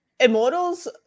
Immortals